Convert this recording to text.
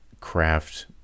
craft